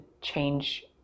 change